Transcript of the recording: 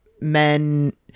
men